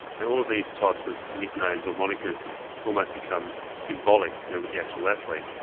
and all of these types of nicknames or monikers almost become symbolic you know with the actual athlete.